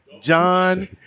John